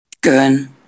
Good